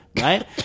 right